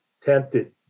tempted